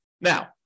Now